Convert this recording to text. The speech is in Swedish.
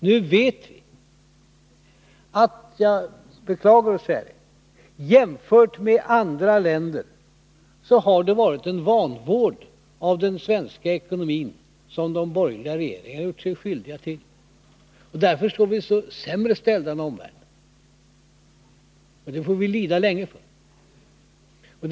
Nu vet vi— jag beklagar att behöva säga det — att jämfört med andra länder har de borgerliga regeringarna gjort sig skyldiga till vanvård av den svenska ekonomin. Därför är vi sämre ställda än omvärlden. Och det får vi lida länge för.